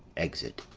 exit.